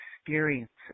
experiences